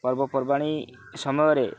ପର୍ବପର୍ବାଣୀ ସମୟରେ